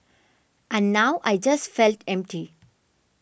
and now I just felt empty